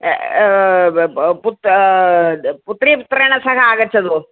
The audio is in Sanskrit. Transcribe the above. पुत्रः पुत्री पुत्रेण सह आगच्छतु